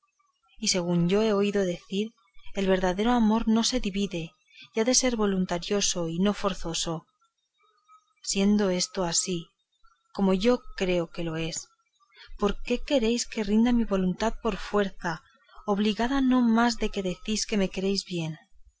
y según yo he oído decir el verdadero amor no se divide y ha de ser voluntario y no forzoso siendo esto así como yo creo que lo es por qué queréis que rinda mi voluntad por fuerza obligada no más de que decís que me queréis bien